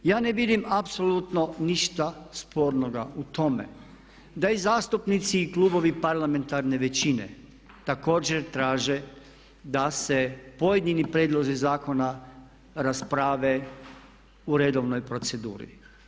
Ja ne vidim apsolutno ništa sporno u tome da i zastupnici i klubovi parlamentarne većine također traže da se pojedini prijedlozi zakona rasprave u redovnoj proceduri.